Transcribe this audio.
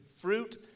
fruit